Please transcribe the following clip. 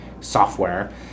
software